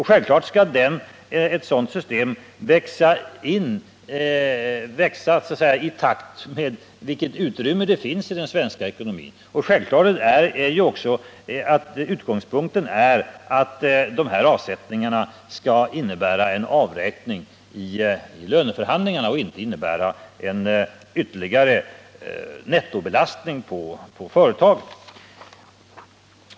Självfallet skall ett sådant system växa i takt med det utrymme som finns i den svenska ekonomin. Utgångspunkten är också att dessa avsättningar skall avräknas i löneförhandlingarna och inte innebära en nettobelastning på företagen.